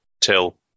till